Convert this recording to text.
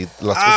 Las